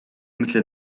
مثل